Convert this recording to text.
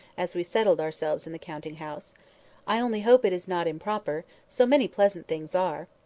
as we settled ourselves in the counting-house. i only hope it is not improper so many pleasant things are!